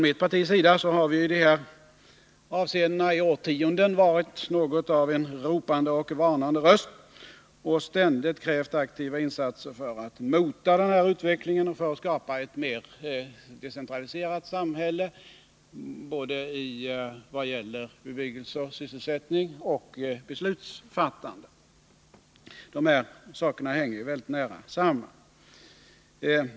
Mitt parti har ju i de här avseendena i årtionden varit något av en ropande och varnande röst. Vi har ständigt krävt aktiva insatser för att mota den här utvecklingen och för att skapa ett mer decentraliserat samhälle både i vad gäller bebyggelse, sysselsättning och beslutsfattande. De här sakerna hänger ju mycket nära samman.